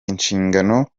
inshingano